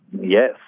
Yes